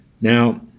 Now